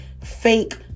fake